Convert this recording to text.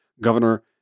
Governor